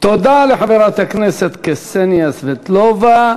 תודה לחברת הכנסת קסניה סבטלובה.